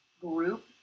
group